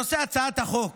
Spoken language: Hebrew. חברים, בנושא של החוק,